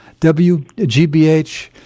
WGBH